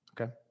Okay